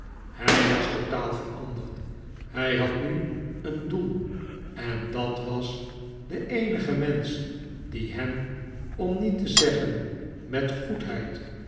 hij was totaal veranderd hij had nu een doel en dat was den eenigen mensch die hem om niet te zeggen met goedheid